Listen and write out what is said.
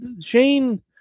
Shane